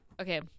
okay